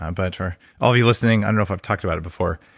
um but for all of you listening, i don't know if i've talked about it before.